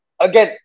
again